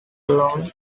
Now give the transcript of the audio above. alone